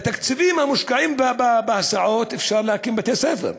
בתקציבים המושקעים בהסעות אפשר להקים בתי-ספר.